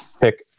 pick